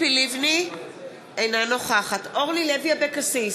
אינה נוכחת אורלי לוי אבקסיס,